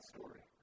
story